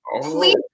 please